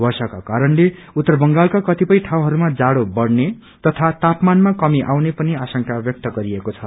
वर्षाको कारणले उत्तर बंगालका कपितय ठाउँहरूमा जाड़ो बढ़ने तथा तापमानमा कमी आउने पनि आशंका व्यक्त गरिएको छ